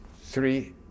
three